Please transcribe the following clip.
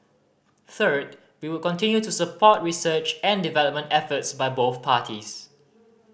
third we will continue to support research and development efforts by both parties